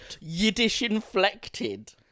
Yiddish-inflected